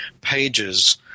pages